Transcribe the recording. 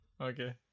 Okay